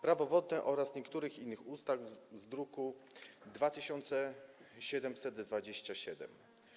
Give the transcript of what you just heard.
Prawo wodne oraz niektórych innych ustaw z druku nr 2727.